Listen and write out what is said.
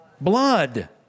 Blood